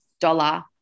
dollar